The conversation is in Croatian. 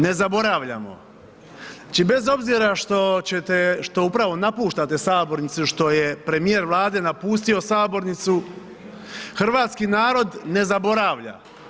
Ne zaboravljamo, znači bez obzira što ćete, što upravo napuštate sabornicu, što je premijer Vlade napustio sabornicu, hrvatski narod ne zaboravlja.